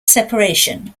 separation